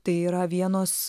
tai yra vienos